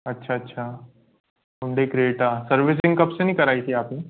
अच्छा अच्छा Hyundai Creta servicing कब से नहीं कराई थी आप ने